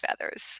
feathers